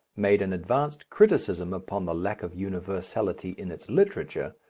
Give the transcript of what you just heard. made an advanced criticism upon the lack of universality in its literature,